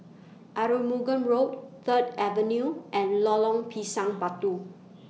Arumugam Road Third Avenue and Lorong Pisang Batu